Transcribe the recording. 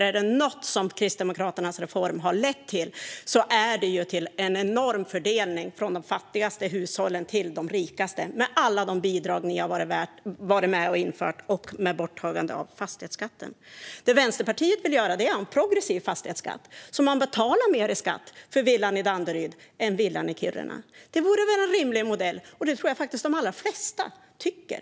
Är det något som Kristdemokraternas reform har lett till så är det en enorm omfördelning från de fattigaste hushållen till de rikaste med alla de bidrag som ni har varit med om att införa och med borttagande av fastighetsskatten. Det som Vänsterpartiet vill göra är att införa en progressiv fastighetsskatt, så att man betalar mer i skatt för villan i Danderyd än för villan i Kiruna. Det vore väl en rimlig modell? Det tror jag faktiskt att de allra flesta tycker.